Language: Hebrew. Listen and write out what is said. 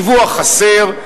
דיווח חסר,